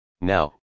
Now